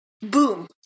Boom